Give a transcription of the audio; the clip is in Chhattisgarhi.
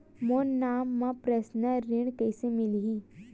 मोर नाम म परसनल ऋण कइसे मिलही?